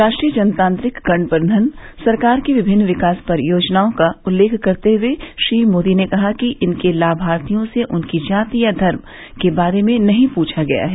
राष्ट्रीय जनतांत्रिक गठबंधन सरकार की विभिन्न विकास योजनाओं का उल्लेख करते हुए श्री मोदी ने कहा कि इनके लाभार्थियों से उनकी जाति या धर्म के बारे में नहीं पूछा गया है